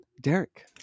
Derek